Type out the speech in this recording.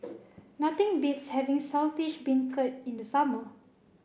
nothing beats having Saltish Beancurd in the summer